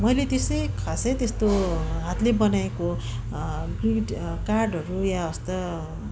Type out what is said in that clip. मैले त्यसै खासै त्यस्तो हातले बनाएको ग्रिट कार्डहरू या हस्त